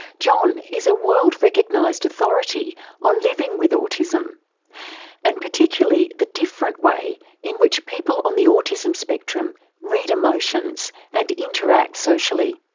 john is a world recognised authority on living with autism and particularly the different way in which people on the autism spectrum read emotions and interact socially.